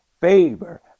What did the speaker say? favor